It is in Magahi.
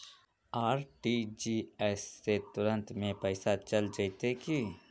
आर.टी.जी.एस से तुरंत में पैसा चल जयते की?